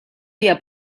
día